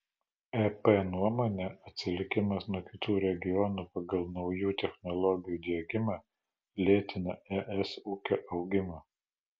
ep nuomone atsilikimas nuo kitų regionų pagal naujų technologijų diegimą lėtina es ūkio augimą